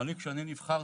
כשאני נבחרתי,